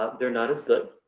ah they're not as good,